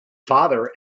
father